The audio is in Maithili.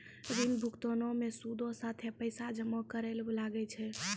ऋण भुगतानो मे सूदो साथे पैसो जमा करै ल लागै छै